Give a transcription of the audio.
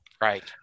Right